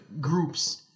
groups